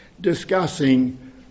discussing